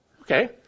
okay